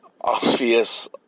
obvious